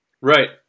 Right